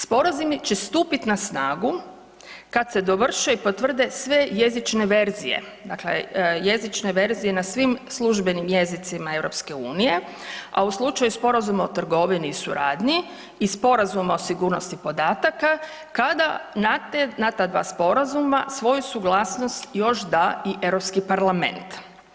Sporazumi će stupiti na snagu kad se dovrše i potvrde sve jezične verzije, dakle jezične verzije na svim službenim jezicima EU, a u slučaju Sporazuma o trgovini i suradnji i Sporazuma o sigurnosti podataka, kada na te dva sporazuma svoju suglasnost još da i EU parlament.